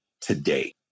today